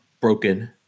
broken